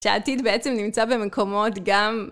שהעתיד בעצם נמצא במקומות גם...